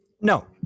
No